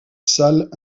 salles